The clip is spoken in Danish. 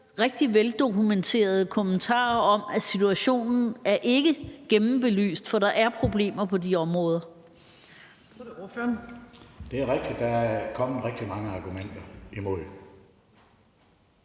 rigtig veldokumenterede kommentarer om, at situationen ikke er gennembelyst, for der er problemer på de områder?